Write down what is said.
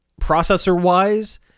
processor-wise